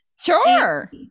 Sure